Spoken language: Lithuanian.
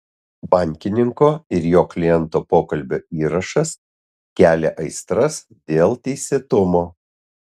bankininko ir jo kliento pokalbio įrašas kelia aistras dėl teisėtumo